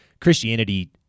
Christianity